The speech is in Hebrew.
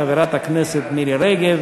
חברת הכנסת מירי רגב,